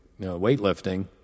weightlifting